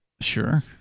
Sure